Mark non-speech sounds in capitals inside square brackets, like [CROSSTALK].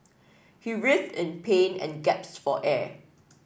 he writhed in pain and [UNINTELLIGIBLE] for air